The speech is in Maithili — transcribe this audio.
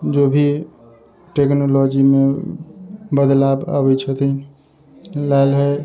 जो भी टेक्नोलॉजी मे बदलाव अबै छथिन लएल हय